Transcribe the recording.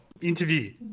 interview